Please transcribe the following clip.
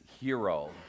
hero